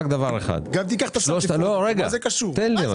מה זה קשור?